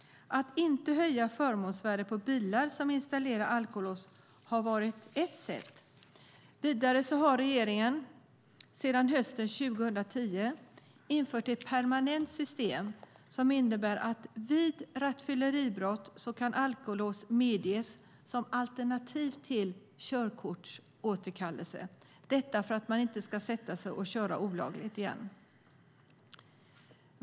Att inte höja förmånsvärdet på bilar som installerar alkolås har varit ett sätt. Vidare har regeringen sedan hösten 2010 infört ett permanent system som innebär att alkolås kan medges som alternativ till körkortsåterkallelse vid rattfylleribrott - detta för att man inte ska sätta sig och köra olagligt igen.